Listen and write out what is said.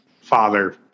father